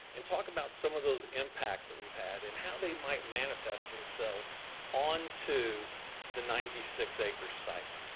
and talk about some of those impacts that we've had and how they might manifest themselves onto the ninety six acre site.